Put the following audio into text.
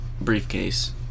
briefcase